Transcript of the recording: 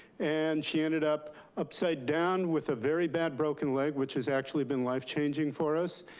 and she ended up upside down with a very bad broken leg. which has actually been life-changing for us.